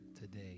today